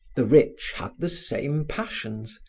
the rich had the same passions,